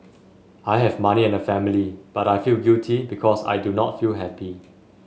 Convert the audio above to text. I have money and a family but I feel guilty because I do not feel happy